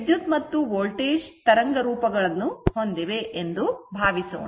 ವಿದ್ಯುತ್ ಮತ್ತು ವೋಲ್ಟೇಜ್ ತರಂಗ ರೂಪವನ್ನು ಹೊಂದಿವೆ ಎಂದು ಭಾವಿಸೋಣ